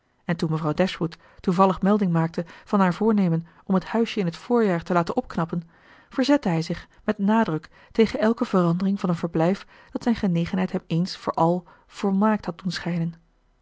en toen mevrouw dashwood toevallig melding maakte van haar voornemen om het huisje in het voorjaar te laten opknappen verzette hij zich met nadruk tegen elke verandering van een verblijf dat zijn genegenheid hem eens voor al volmaakt had doen schijnen